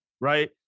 right